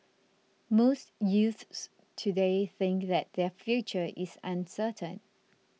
most youths today think that their future is uncertain